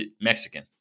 mexican